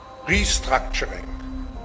restructuring